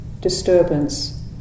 disturbance